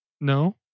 No